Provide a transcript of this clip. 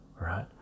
right